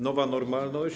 Nowa normalność.